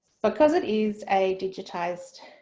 because it is a digitized